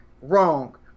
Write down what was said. Wrong